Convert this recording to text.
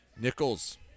Nichols